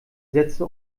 sätze